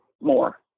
more